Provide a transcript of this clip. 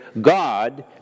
God